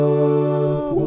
Love